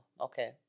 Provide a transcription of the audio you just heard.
Okay